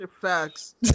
facts